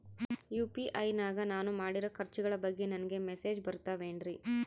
UPI ನಾಗ ನಾನು ಮಾಡಿರೋ ಖರ್ಚುಗಳ ಬಗ್ಗೆ ನನಗೆ ಮೆಸೇಜ್ ಬರುತ್ತಾವೇನ್ರಿ?